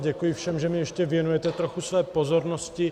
Děkuji všem, že mi ještě věnujete trochu své pozornosti.